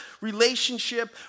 relationship